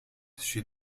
she